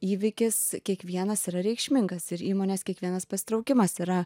įvykis kiekvienas yra reikšmingas ir įmonės kiekvienas pasitraukimas yra